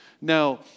Now